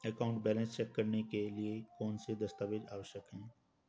Account balance check करने के लिए कौनसे दस्तावेज़ आवश्यक हैं?